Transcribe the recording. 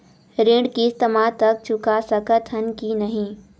ऋण किस्त मा तक चुका सकत हन कि नहीं?